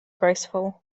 graceful